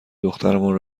دخترمان